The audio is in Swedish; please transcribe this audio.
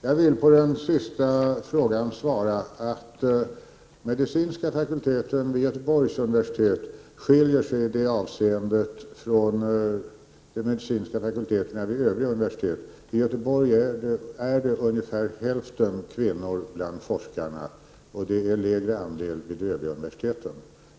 Fru talman! Jag vill när det gäller det sista som sades svara att medicinska fakulteten vid Göteborgs universitet skiljer sig i det här avseendet från de medicinska fakulteterna vid övriga universitet. I Göteborg är det ungefär hälften kvinnor bland forskarna, och en lägre andel är det vid de övriga universiteten.